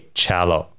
cello